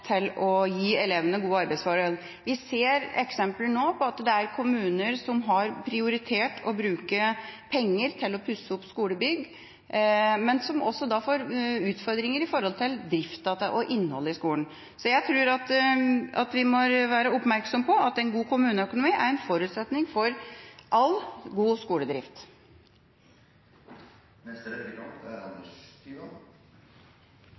til å gi elevene gode arbeidsforhold. Vi ser eksempler på kommuner som har prioritert å bruke penger på å pusse opp skolebygg, men som får utfordringer med driften av og innholdet i skolen. Jeg tror vi må være oppmerksom på at en god kommuneøkonomi er en forutsetning for all god skoledrift.